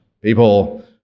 people